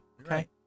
okay